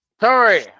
sorry